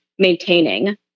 maintaining